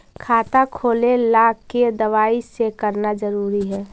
खाता खोले ला के दवाई सी करना जरूरी है?